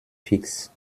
fixe